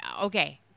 Okay